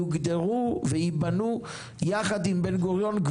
יוגדרו וייבנו יחד עם בן-גוריון,